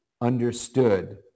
understood